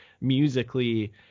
musically